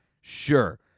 Sure